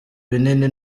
binini